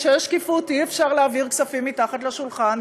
כשיש שקיפות אי-אפשר להעביר כספים מתחת לשולחן,